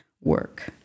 work